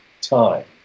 time